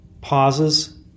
pauses